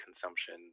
consumption